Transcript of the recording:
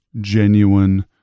genuine